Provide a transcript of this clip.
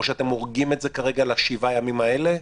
או שאתם אוסרים את זה בשבעת הימים האלה.